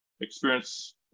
experience